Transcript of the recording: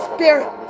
Spirit